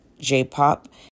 j-pop